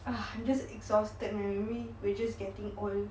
ah I'm just exhausted man maybe we're just getting old